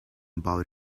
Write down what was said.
about